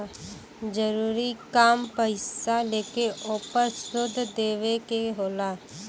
जरूरी काम पईसा लेके ओपर सूद देवे के होला